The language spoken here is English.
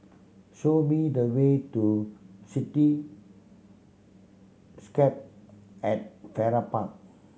show me the way to Cityscape at Farrer Park